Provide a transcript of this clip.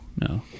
no